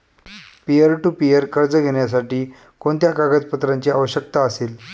Peer to peer कर्ज घेण्यासाठी कोणत्या कागदपत्रांची आवश्यकता असेल?